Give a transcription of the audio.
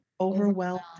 Overwhelmed